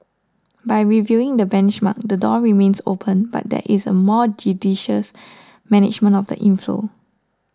by reviewing the benchmark the door remains open but there is a more judicious management of the inflow